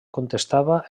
contestava